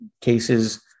cases